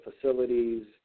facilities